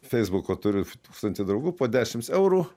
feisbuko turiu f tūkstantį draugų po dešims eurų